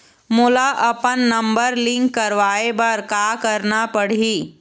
मोला अपन number link करवाये बर का करना पड़ही?